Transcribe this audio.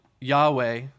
Yahweh